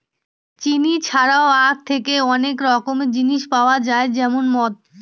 চিনি ছাড়াও আঁখ থেকে অনেক রকমের জিনিস পাওয়া যায় যেমন মদ